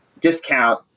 discount